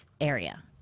area